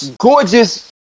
gorgeous